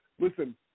listen